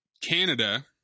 Canada